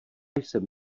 jsem